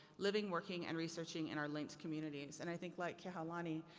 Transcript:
living, working and researching in our linked communities and i think like kehaulani,